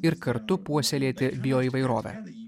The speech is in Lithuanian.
ir kartu puoselėti bioįvairovę